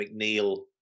McNeil